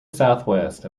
southwest